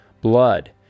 blood